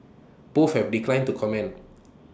both have declined to comment